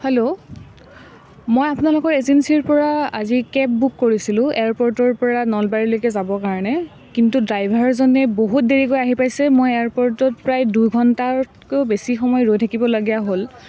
hello মই আপোনালোকৰ এজেঞ্চীৰ পৰা আজি কেব বুক কৰিছিলোঁ এয়াৰপৰ্টৰ পৰা নলবাৰীলৈকে যাবৰ কাৰণে কিন্তু ড্ৰাইভাৰজনে বহুত দেৰিকৈ আহি পাইছে মই এয়াৰপৰ্টত প্ৰায় দুঘণ্টাতকৈও বেছি সময় ৰৈ থাকিবলগীয়া হ'ল